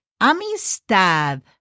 amistad